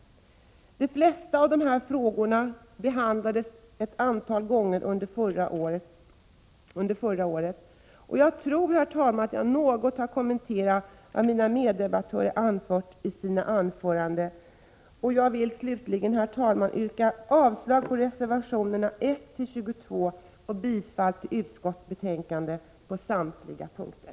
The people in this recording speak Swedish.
De flesta av frågorna behandlades ett antal gånger under förra året. Jag tror, herr talman, att jag något har kommenterat vad mina meddebattörer har anfört i sina inlägg. Jag vill slutligen, herr talman, yrka avslag på reservationerna 1-22 och bifall till utskottets hemställan på samtliga punkter.